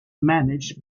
managed